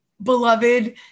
Beloved